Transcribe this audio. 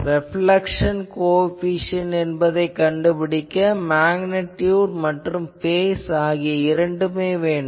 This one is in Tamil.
ரெப்லேக்சன் கோஎபிசியென்ட் என்பதைக் கண்டுபிடிக்க மேக்னிடியுட் மற்றும் பேஸ் வேண்டும்